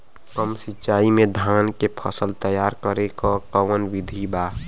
कम सिचाई में धान के फसल तैयार करे क कवन बिधि बा?